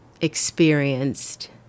experienced